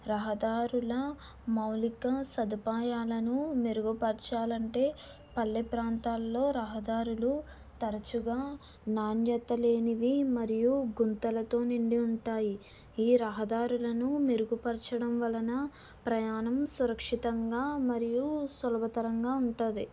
రహదారుల మౌలిక సదుపాయాలను మెరుగుపరచాలంటే పల్లె ప్రాంతాల్లో రహదారులు తరచుగా నాణ్యతలేనిది మరియు గుంతలతో నిండి ఉంటాయి ఈ రహదారులను మెరుగుపరచడం వలన ప్రయాణం సురక్షితంగా మరియు సులభతరంగా ఉంటుంది